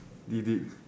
we did